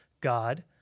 God